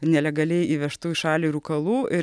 nelegaliai įvežtų į šalį rūkalų ir